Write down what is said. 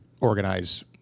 organize